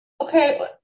okay